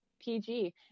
pg